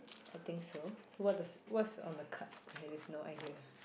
I think so so what does what's on the card I have no idea